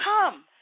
come